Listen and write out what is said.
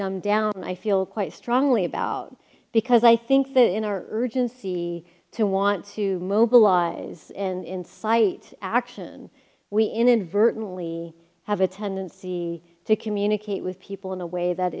dumb down and i feel quite strongly about because i think that in our urgency to want to mobilize and incite action we inadvertently have a tendency to communicate with people in a way that